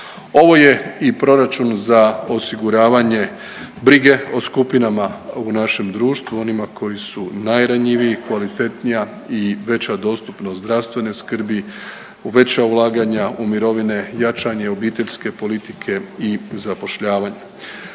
Ovo je i proračun za osiguravanje brige o skupinama u našem društvu onima koji su najranjiviji, kvalitetnija i veća dostupnost zdravstvene skrbi, veća ulaganja u mirovine, jačanje obiteljske politike i zapošljavanja.